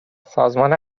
سازمان